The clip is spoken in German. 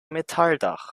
metalldach